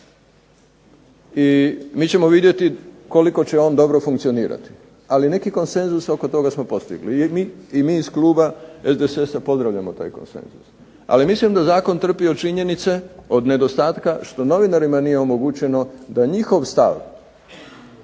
I mi ćemo vidjeti koliko će on dobro funkcionirati, ali neki konsenzus oko toga smo postigli. I mi iz kluba SDSS-a pozdravljamo taj konsenzus. Ali mislim da zakon trpi od činjenice, od nedostatka što novinarima nije omogućeno da njihov stav